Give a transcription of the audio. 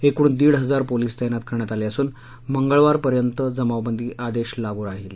एकूण दीडहजार पोलीस तैनात करण्यात आले असून मंगळवारपर्यंत जमावबंदी आदेश लागू राहील